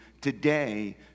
today